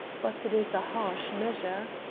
but it is a harsh measure.